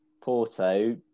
Porto